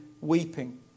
weeping